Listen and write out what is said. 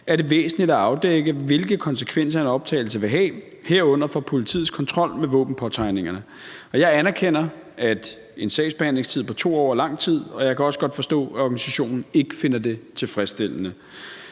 er det væsentligt at afdække, hvilke konsekvenser en optagelse vil have, herunder for politiets kontrol med våbenpåtegningerne. Jeg anerkender, at en sagsbehandlingstid på 2 år er lang tid, og jeg kan også godt forstå, at organisationen ikke finder det tilfredsstillende.